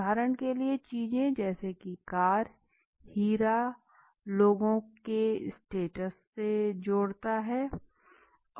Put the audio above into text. उदाहरण के लिए चीज़ें जैसे की कार हीरा लोगों के स्टेटस से जुड़ा होता है